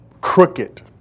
crooked